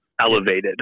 Elevated